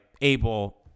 able